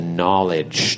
knowledge